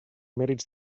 mèrits